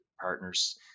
partners